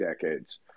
decades